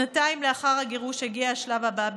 שנתיים לאחר הגירוש הגיע השלב הבא.